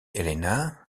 helena